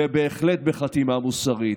ובהחלט בחתימה מוסרית.